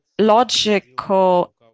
logical